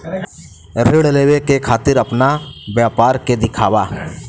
ऋण लेवे के खातिर अपना व्यापार के दिखावा?